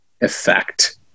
effect